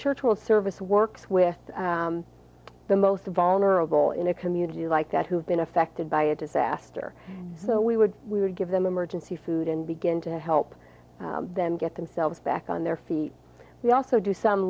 church will service works with the most vulnerable in a community like that who have been affected by a disaster so we would we would give them emergency food and begin to help them get themselves back on their feet we also do some